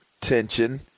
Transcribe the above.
tension